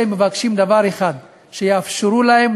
עולה שהם מבקשים דבר אחד: שיאפשרו להם